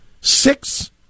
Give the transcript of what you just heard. six